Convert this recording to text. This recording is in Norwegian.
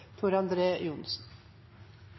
for andre